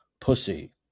pussy